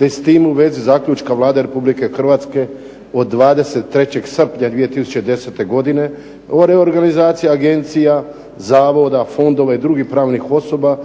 s tim u vezi zaključka Vlada Republike Hrvatske od 23. srpnja 2010. godine o reorganizaciji agencija, zavoda, fondova i drugih pravnih osoba